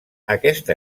aquesta